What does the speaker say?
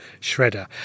shredder